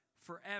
forever